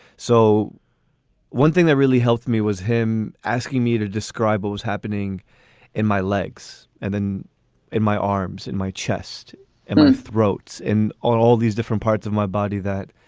so one thing that really helped me was him asking me to describe what was happening in my legs and then in my arms, in my chest and my throat's in on all these different parts of my body that.